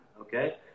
okay